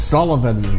Sullivan